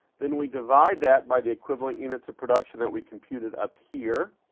then we divide that by the equivalent units of production that we computed up here.